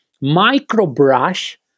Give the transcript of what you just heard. micro-brush